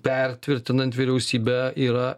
per tvirtinant vyriausybę yra